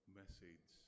message